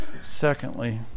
Secondly